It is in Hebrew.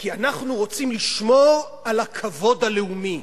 כי אנחנו רוצים לשמור על הכבוד הלאומי,